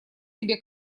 себе